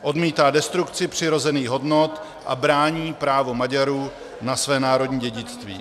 Odmítá destrukci přirozených hodnot a brání právo Maďarů na své národní dědictví.